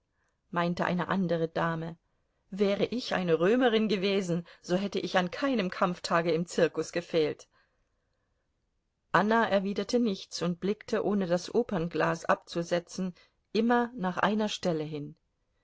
meinte eine andere dame wäre ich eine römerin gewesen so hätte ich an keinem kampftage im zirkus gefehlt anna erwiderte nichts und blickte ohne das opernglas abzusetzen immer nach einer stelle hin